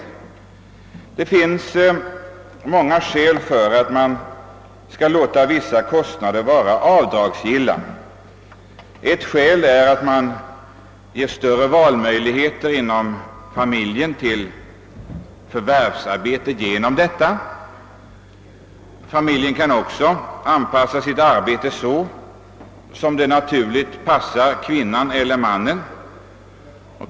Det finns många skäl att låta vissa kostnader vara avdragsgilla. Ett skäl är att man därigenom ger familjen större valmöjligheter till förvärvsarbete. Familjen kan också anpassa sitt arbete så som är naturligt för kvinnan eller mannen.